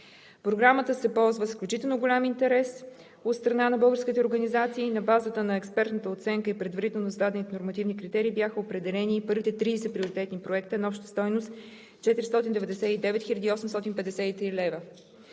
Програмата се ползва с изключително голям интерес от страна на българските организации и на базата на експертната оценка и предварително зададените нормативни критерии бяха определени и първите 30 приоритетни проекта на обща стойност 499 хил.